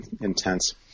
intense